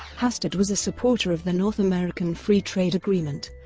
hastert was a supporter of the north american free trade agreement,